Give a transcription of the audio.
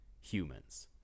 humans